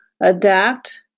adapt